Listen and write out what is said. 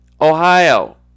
Ohio